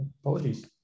Apologies